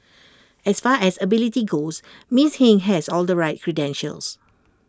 as far as ability goes miss Hing has all the right credentials